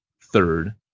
third